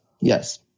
yes